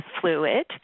fluid